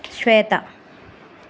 श्वेता